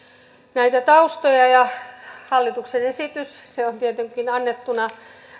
näitä taustoja hallituksen esitys se on tietenkin annettuna